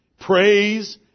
praise